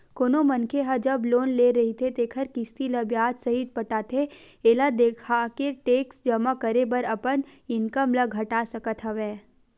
कोनो मनखे ह जब लोन ले रहिथे तेखर किस्ती ल बियाज सहित पटाथे एला देखाके टेक्स जमा करे बर अपन इनकम ल घटा सकत हवय